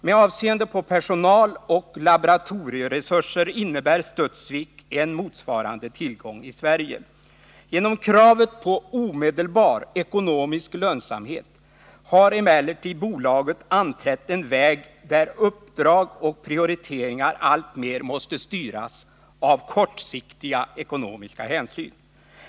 Med avseende på personal och laboratorieresurser innebär Studsvik en motsvarande tillgång i Sverige. Genom kravet på omedelbar ekonomisk lönsamhet har emellertid Studsvik Energiteknik AB anträtt en väg där uppdrag och prioriteringar alltmer måste styras av kortsiktiga ekonomiska hänsyn.